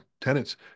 tenants